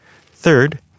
Third